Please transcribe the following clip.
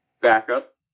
backup